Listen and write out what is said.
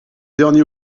dernier